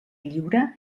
lliure